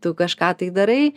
tu kažką tai darai